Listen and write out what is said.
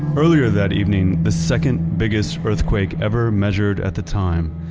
earlier that evening, the second biggest earthquake ever measured at the time,